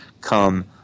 come